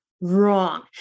Wrong